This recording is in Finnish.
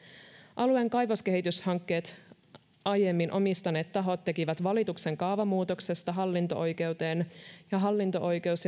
alueen kaivoskehityshankkeet aiemmin omistaneet tahot tekivät valituksen kaavamuutoksesta hallinto oikeuteen ja hallinto oikeus